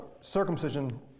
circumcision